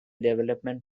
development